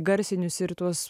garsinius ir tuos